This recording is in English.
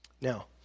Now